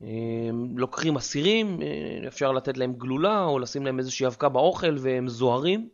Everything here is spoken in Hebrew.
לוקחים אסירים, אפשר לתת להם גלולה או לשים להם איזושהי אבקה באוכל והם זוהרים.